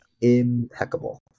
Impeccable